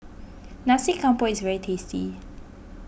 Nasi Campur is very tasty